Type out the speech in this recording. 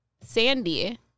Sandy